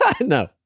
No